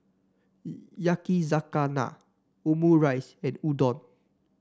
Yakizakana Omurice and Udon